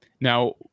now